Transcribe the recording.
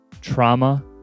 trauma